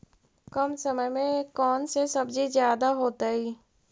कम समय में कौन से सब्जी ज्यादा होतेई?